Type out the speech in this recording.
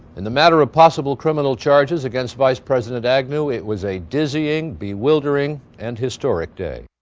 in the matter of possible criminal charges against vice president agnew, it was a dizzying, bewildering, and historic day